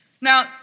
Now